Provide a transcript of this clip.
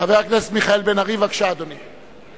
חבר הכנסת מיכאל בן-ארי, בבקשה, אדוני.